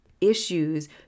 issues